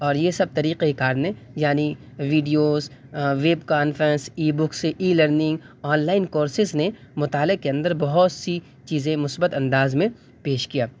اور یہ سب طریقۂ کار نے یعنی videos web conference e books e learning online courses نے مطالعہ کے اندر بہت سی چیزیں مثبت انداز میں پیش کیا